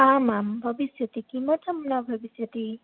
आम् आं भविष्यति किमर्थं न भविष्यति